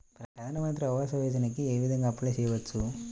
ప్రధాన మంత్రి ఆవాసయోజనకి ఏ విధంగా అప్లే చెయ్యవచ్చు?